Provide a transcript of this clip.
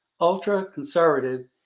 ultra-conservative